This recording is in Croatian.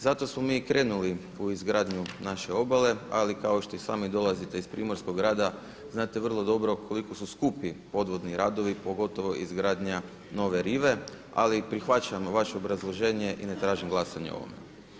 Zato smo mi i krenuli u izgradnju naše obale, ali kao što i sami dolazite iz primorskog grada znate vrlo dobro koliko su skupi podvodni radovi pogotovo izgradnja nove rive, ali prihvaćamo vaše obrazloženje i ne tražim glasanje o ovome.